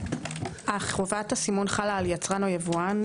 חובת הסימון חלה יצרן או יבואן.